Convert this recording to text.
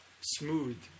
smooth